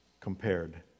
compared